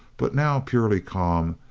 but now purely calm,